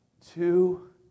two